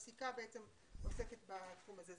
אלא פסיקה בעצם נוספת בתחום הזה.